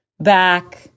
back